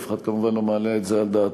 אף אחד כמובן לא מעלה את זה על דעתו.